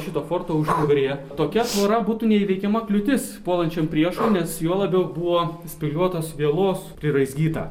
šito forto užnugaryje tokia tvora būtų neįveikiama kliūtis puolančiam priešui nes juo labiau buvo spygliuotos vielos priraizgyta